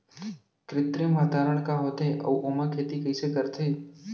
कृत्रिम वातावरण का होथे, अऊ ओमा खेती कइसे करथे?